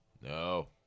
No